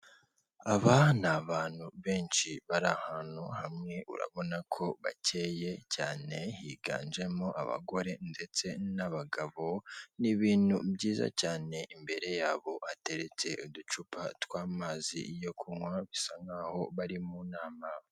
Aba ni abantu benshi bari ahantu hamwe, urabona ko bakeye cyane, higanjemo abagore ndetse n'abagabo, ni ibintu byiza, cyane imbere yabo ateretse uducupa tw'amazi yo kunywa, bisa nk'aho bari mu nama.